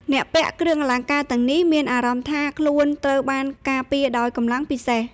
អ្នកពាក់គ្រឿងអលង្ការទាំងនេះមានអារម្មណ៍ថាខ្លួនត្រូវបានការពារដោយកម្លាំងពិសេស។